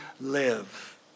live